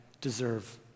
deserve